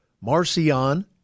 Marcion